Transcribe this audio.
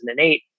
2008